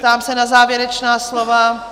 Ptám se na závěrečná slova?